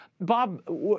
Bob